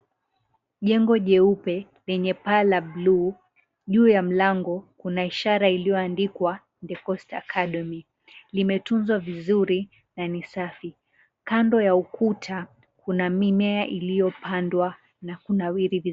Jengo jeupe lenye paa la bluu juu ya mlango kuna ishara iliyoandikwa The Coast Academy, limetuzwa vizuri na ni safi kando ya ukuta kuna mimea iliyopandwa na kunawiri vizuri.